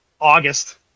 August